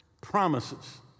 promises